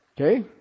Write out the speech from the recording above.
Okay